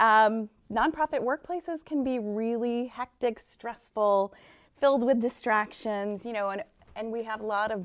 nonprofit work places can be really hectic stressful filled with distractions you know and and we have a lot of